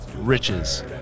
riches